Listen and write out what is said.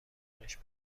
پرورش